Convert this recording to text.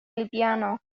البيانو